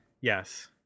Yes